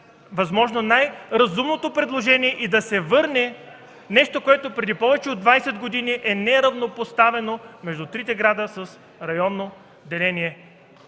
възможно най-разумното предложение. И да се върне нещо, което преди повече от 20 години е неравнопоставено между трите града с районно деление?!